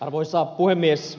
arvoisa puhemies